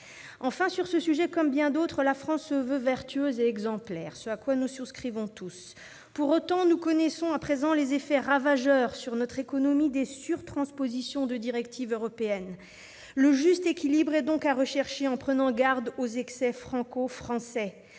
Enfin, sur ce sujet comme sur bien d'autres, la France se veut vertueuse et exemplaire, ce à quoi nous souscrivons tous. Pour autant, nous connaissons à présent les effets ravageurs sur notre économie des surtranspositions de directives européennes. Tout à fait ! Le juste équilibre est donc à rechercher, en prenant garde aux excès franco-français